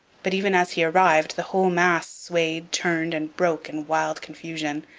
but, even as he arrived, the whole mass swayed, turned, and broke in wild confusion.